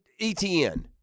ETN